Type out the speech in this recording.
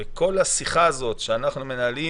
כל השיחה הזאת שאנחנו מנהלים